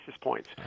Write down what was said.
points